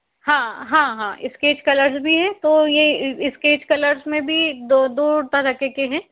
हाँ हाँ हाँ स्केच कलर्स भी है तो ये स्केच कलर्स में भी दो दो तरह के के हैं